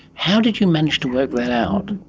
how did you manage to work that out?